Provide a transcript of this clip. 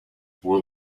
will